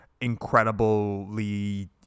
incredibly